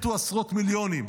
מתו עשרות מיליונים.